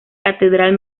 catedral